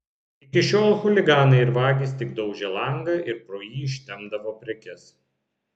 iki šiol chuliganai ir vagys tik daužė langą ir pro jį ištempdavo prekes